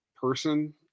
person